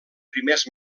primers